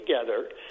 together